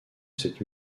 cette